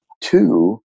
Two